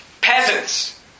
peasants